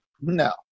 No